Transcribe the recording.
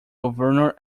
governor